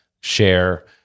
share